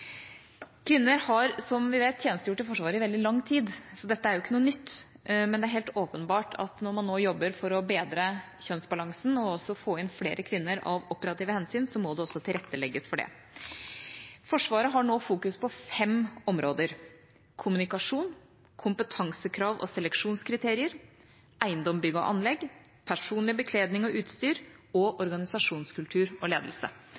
Kvinner har, som vi vet, tjenestegjort i Forsvaret i veldig lang tid, så dette er ikke noe nytt. Men det er helt åpenbart at når man nå jobber for å bedre kjønnsbalansen og få inn flere kvinner av operative hensyn, må det også legges til rette for det. Forsvaret fokuserer nå på fem områder: kommunikasjon kompetansekrav og seleksjonskriterier eiendom, bygg og anlegg personlig bekledning og utstyr organisasjonskultur og ledelse